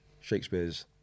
Shakespeare's